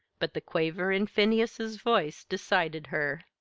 but the quaver in phineas's voice decided her.